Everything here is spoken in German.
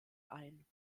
ein